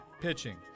pitching